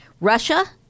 Russia